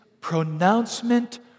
pronouncement